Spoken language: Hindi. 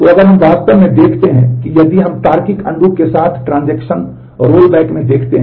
तो अगर हम वास्तविक में देखते हैं यदि हम तार्किक अनडू रोलबैक में देखते हैं